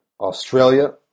Australia